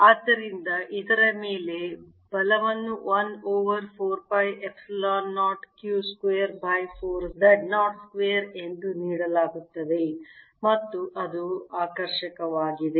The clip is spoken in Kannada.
ಆದ್ದರಿಂದ ಇದರ ಮೇಲೆ ಬಲವನ್ನು 1 over 4 pi epsilon 0 q square 4 Z0 square ಎಂದು ನೀಡಲಾಗುತ್ತದೆ ಮತ್ತು ಇದು ಆಕರ್ಷಕವಾಗಿದೆ